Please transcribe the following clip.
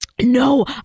No